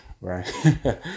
right